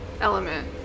element